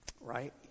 right